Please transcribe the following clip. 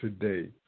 today